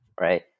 right